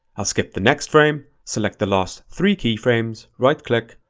i'll skip the next frame, select the last three keyframes, right click,